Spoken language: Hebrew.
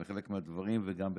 וגם,